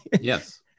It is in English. Yes